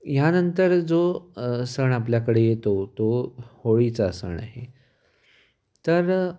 ह्यानंतर जो सण आपल्याकडे येतो तो होळीचा सण आहे तर